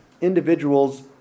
individuals